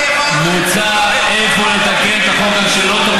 מוצע אפוא לתקן את החוק כך שלא תחול